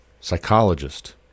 psychologist